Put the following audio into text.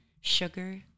sugar